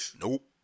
Nope